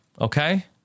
Okay